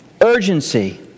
Urgency